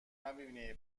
نبینی